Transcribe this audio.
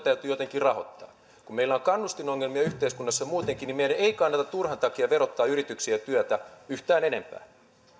jotenkin rahoittaa kun meillä on kannustinongelmia yhteiskunnassa muutenkin meidän ei kannata turhan takia verottaa yrityksiä ja työtä yhtään enempää